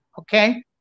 Okay